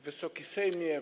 Wysoki Sejmie!